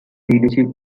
leadership